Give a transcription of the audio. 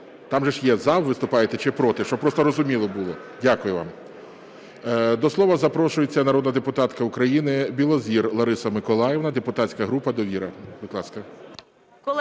Там же є, "за" виступаєте чи "проти". Щоб просто зрозуміло було. Дякую вам. До слова запрошується народна депутатка України Білозір Лариса Миколаївна, депутатська група "Довіра",